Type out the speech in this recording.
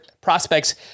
prospects